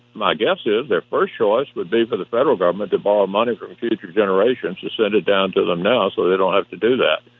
my guess is there first choice would be for the federal government to borrow money from future generations to send it down to them now so they don't have to do that.